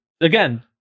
again